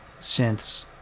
synths